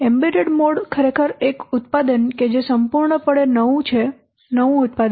embedded mode ખરેખર એક ઉત્પાદન કે જે સંપૂર્ણપણે નવું છે નવું ઉત્પાદન